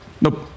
Nope